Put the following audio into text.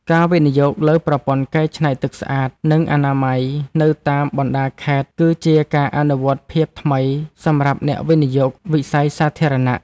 ការវិនិយោគលើប្រព័ន្ធកែច្នៃទឹកស្អាត និងអនាម័យនៅតាមបណ្តាខេត្តគឺជាការអនុវត្តភាពថ្មីសម្រាប់អ្នកវិនិយោគវិស័យសាធារណៈ។